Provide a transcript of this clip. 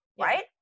right